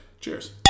Cheers